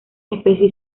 especies